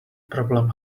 problem